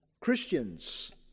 Christians